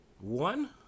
One